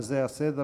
בזה הסדר,